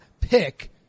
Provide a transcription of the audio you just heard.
pick